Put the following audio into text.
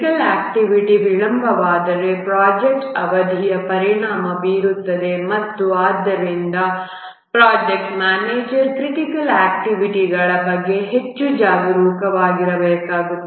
critical activity ವಿಳಂಬವಾದರೆ ಪ್ರೊಜೆಕ್ಟ್ನ ಅವಧಿಯು ಪರಿಣಾಮ ಬೀರುತ್ತದೆ ಮತ್ತು ಆದ್ದರಿಂದ ಪ್ರೊಜೆಕ್ಟ್ ಮ್ಯಾನೇಜರ್ ಕ್ರಿಟಿಕಲ್ ಆಕ್ಟಿವಿಟಿಗಳ ಬಗ್ಗೆ ಹೆಚ್ಚು ಜಾಗರೂಕರಾಗಿರಬೇಕು